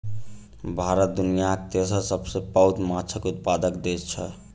भारत दुनियाक तेसर सबसे पैघ माछक उत्पादक देस छै